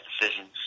decisions